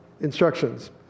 instructions